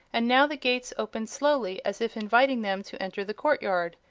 and now the gates opened slowly as if inviting them to enter the courtyard,